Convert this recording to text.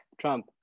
Trump